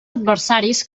adversaris